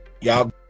y'all